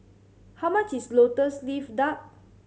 how much is Lotus Leaf Duck